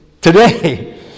today